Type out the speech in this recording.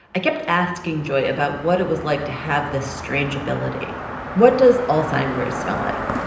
i kept asking joy about what it was like to have this strange ability what does alzheimer's smell like?